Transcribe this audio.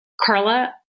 Carla